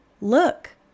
Look